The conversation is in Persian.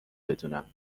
بدونم